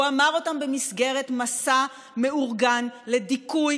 הוא אמר אותם במסגרת מסע מאורגן לדיכוי